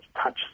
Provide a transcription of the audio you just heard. touch